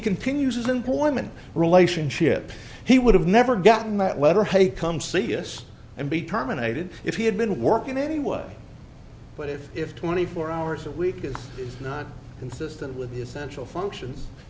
continues his employment relationship he would have never gotten that letter hey come see us and be terminated if he had been working anyway but if if twenty four hours a week is not consistent with essential functions